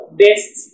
best